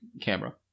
camera